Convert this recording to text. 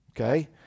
okay